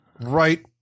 Right